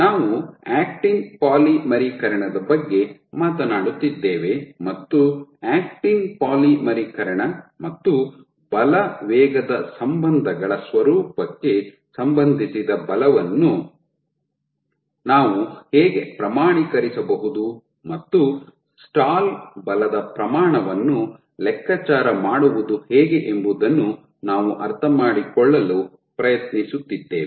ನಾವು ಆಕ್ಟಿನ್ ಪಾಲಿಮರೀಕರಣದ ಬಗ್ಗೆ ಮಾತನಾಡುತ್ತಿದ್ದೇವೆ ಮತ್ತು ಆಕ್ಟಿನ್ ಪಾಲಿಮರೀಕರಣ ಮತ್ತು ಬಲ ವೇಗದ ಸಂಬಂಧಗಳ ಸ್ವರೂಪಕ್ಕೆ ಸಂಬಂಧಿಸಿದ ಬಲವನ್ನು ನಾವು ಹೇಗೆ ಪ್ರಮಾಣೀಕರಿಸಬಹುದು ಮತ್ತು ಸ್ಟಾಲ್ ಬಲದ ಪ್ರಮಾಣವನ್ನು ಲೆಕ್ಕಾಚಾರ ಮಾಡುವುದು ಹೇಗೆ ಎಂಬುದನ್ನು ನಾವು ಅರ್ಥಮಾಡಿಕೊಳ್ಳಲು ಪ್ರಯತ್ನಿಸುತ್ತಿದ್ದೇವೆ